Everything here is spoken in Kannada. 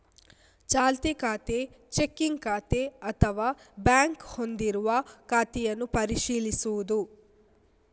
ಚಾಲ್ತಿ ಖಾತೆ, ಚೆಕ್ಕಿಂಗ್ ಖಾತೆ ಅಥವಾ ಬ್ಯಾಂಕ್ ಹೊಂದಿರುವಾಗ ಖಾತೆಯನ್ನು ಪರಿಶೀಲಿಸುವುದು